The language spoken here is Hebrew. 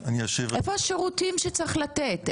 איפה השירותים שצריך לתת?